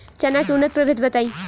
चना के उन्नत प्रभेद बताई?